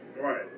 Right